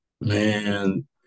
man